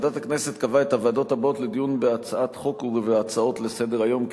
ועדת הכנסת קבעה את הוועדות הבאות לדיון בהצעת חוק ובהצעות לסדר-היום,